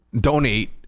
donate